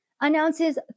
announces